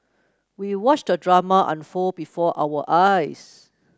we watched the drama unfold before our eyes